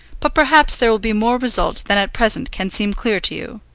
but perhaps there will be more result than at present can seem clear to you.